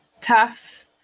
tough